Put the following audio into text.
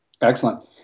Excellent